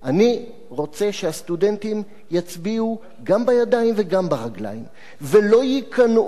אני רוצה שהסטודנטים יצביעו גם בידיים וגם ברגליים ולא ייכנעו